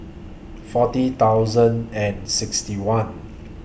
forty thousand and sixty one